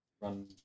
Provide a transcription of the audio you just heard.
run